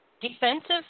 defensive